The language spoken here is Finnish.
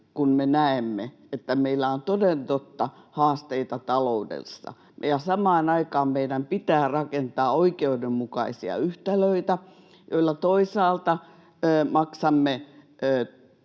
kun me näemme, että meillä on toden totta haasteita taloudessa ja samaan aikaan meidän pitää rakentaa oikeudenmukaisia yhtälöitä, joilla maksamme